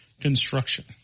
Construction